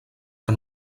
que